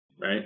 right